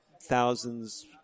thousands